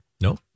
No